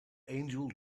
angel